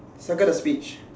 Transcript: circle the speech